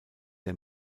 der